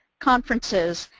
conferences,